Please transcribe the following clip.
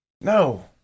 No